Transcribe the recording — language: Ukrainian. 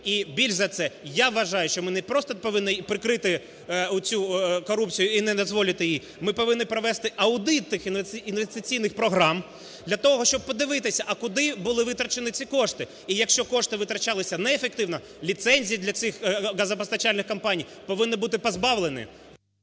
І більш за це, я вважаю, що ми не просто повинні прикрити оцю корупцію і не дозволити її. Ми повинні провести аудит тих інвестиційних програм для того, щоб подивитись, а куди були витрачені ці кошти? І якщо кошти витрачались неефективно, ліцензій для цих газопостачальних компаній повинні бути позбавлені.